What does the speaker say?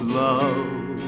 love